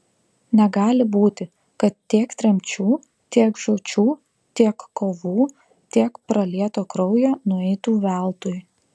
negali būti kad tiek tremčių tiek žūčių tiek kovų tiek pralieto kraujo nueitų veltui